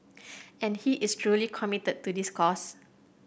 and he is truly committed to this cause